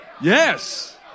Yes